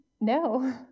no